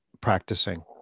practicing